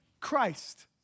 Christ